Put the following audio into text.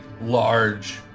large